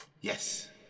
Yes